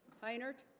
meinert